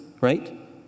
right